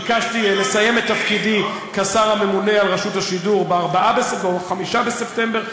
ביקשתי לסיים את תפקידי כשר הממונה על רשות השידור ב-4 או ב-5 בספטמבר,